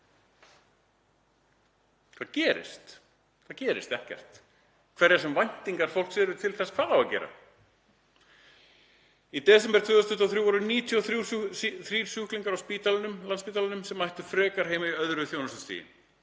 Hvað gerist? Það gerist ekkert, hverjar sem væntingar fólks eru til þess hvað eigi að gera. Í desember 2023 voru 93 sjúklingar á spítalanum, Landspítalanum sem ættu frekar heima á öðru þjónustustigi.